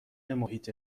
محیط